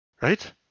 Right